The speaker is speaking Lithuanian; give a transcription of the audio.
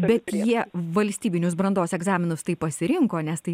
bet jie valstybinius brandos egzaminus tai pasirinko nes tai